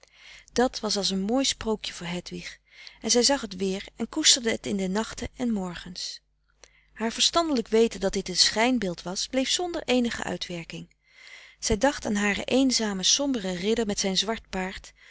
dat was als een mooi sprookje voor hedwig en zij zag het weer en koesterde het in de nachten en morgens haar verstandelijk weten dat dit een schijn beeld was bleef zonder eenige uitwerking zij dacht aan haren eenzamen somberen ridder met zijn zwart paard